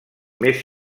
més